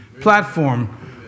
platform